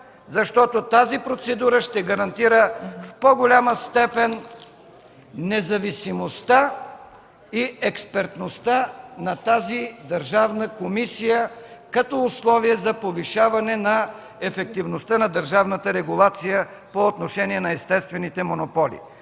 защото тази процедура ще гарантира в по-голяма степен независимостта и експертността на тази държавна комисия като условие за повишаване на ефективността на държавната регулация по отношение на естествените монополи?